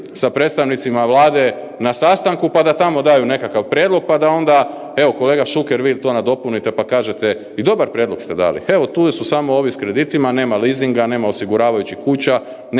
sa predstavnicima Vlade na sastanku pa da tamo daju nekakav prijedlog pa da onda evo, kolega Šuker, vi to nadopunite pa kažete, i dobar prijedlog ste dali. Evo, tu su samo ovi s kreditima, nema leasinga, nema osiguravajućih kuća,